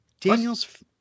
Daniel's